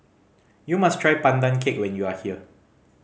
you must try Pandan Cake when you are here